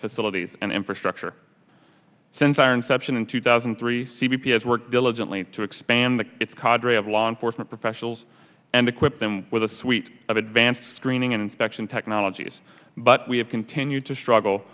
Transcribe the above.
facilities and infrastructure since our inception in two thousand and three c b p has worked diligently to expand its qadri of law enforcement professionals and equip them with a suite of advanced screening and inspection technologies but we have continued to struggle